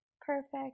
Perfect